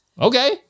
Okay